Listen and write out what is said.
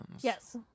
yes